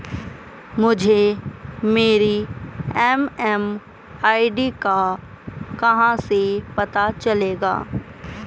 मुझे मेरी एम.एम.आई.डी का कहाँ से पता चलेगा?